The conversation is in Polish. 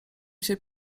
się